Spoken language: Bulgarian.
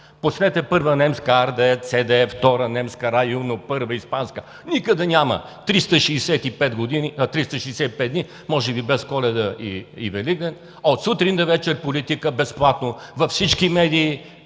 Пуснете първа немска ARD, ZDF – втора немска, Рай Уно, първа испанска, никъде няма 365 дни, може би без Коледа и Великден, от сутрин до вечер политика безплатно, във всички медии,